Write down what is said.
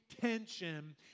tension